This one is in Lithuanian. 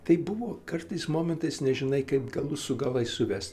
tai buvo kartais momentais nežinai kaip galus su galais suvest